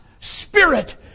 spirit